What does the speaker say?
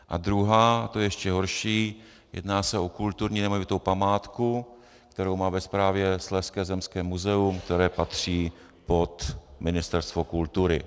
A druhá, a to je ještě horší, jedná se o kulturní nemovitou památku, kterou má ve správě Slezské zemské muzeum, které patří pod Ministerstvo kultury.